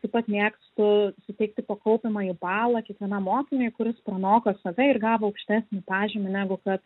taip pat mėgstu suteikti po kaupiamąjį balą kiekvienam mokiniui kuris pranoko save ir gavo aukštesnį pažymį negu kad